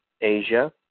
Asia